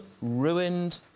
ruined